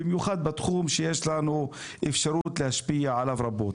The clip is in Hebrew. במיוחד בתחום שבו יש לנו אפשרות להשפיע עליו רבות,